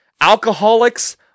alcoholics